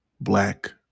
black